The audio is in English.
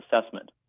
assessment